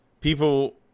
People